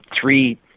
three